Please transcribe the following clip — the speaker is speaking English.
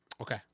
Okay